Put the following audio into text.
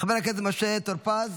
חבר הכנסת משה טור פז,